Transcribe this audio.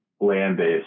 land-based